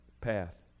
path